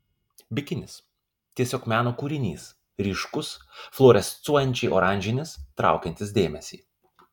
bikinis tiesiog meno kūrinys ryškus fluorescuojančiai oranžinis traukiantis dėmesį